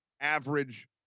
average